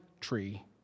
tree